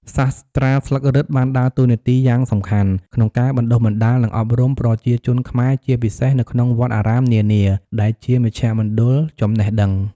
សាស្រ្តាស្លឹករឹតបានដើរតួនាទីយ៉ាងសំខាន់ក្នុងការបណ្តុះបណ្តាល និងអប់រំប្រជាជនខ្មែរ ជាពិសេសនៅក្នុងវត្តអារាមនានា ដែលជាមជ្ឈមណ្ឌលចំណេះដឹង។